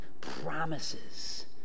promises